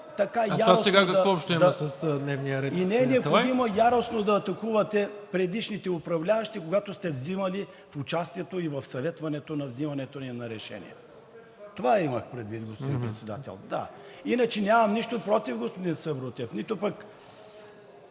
Това сега какво общо има с дневния ред, господин Аталай? РАМАДАН АТАЛАЙ: …атакувате предишните управляващи, когато сте взимали участие и в съветването на взимането на решения. Това имах предвид, господин Председател. Иначе нямам нищо против господин Сабрутев, нито пък